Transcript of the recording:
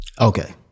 okay